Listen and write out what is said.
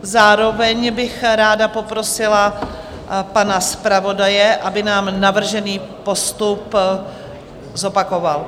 Zároveň bych ráda poprosila pana zpravodaje, aby nám navržený postup zopakoval.